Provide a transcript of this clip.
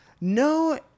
No